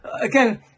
Again